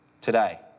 today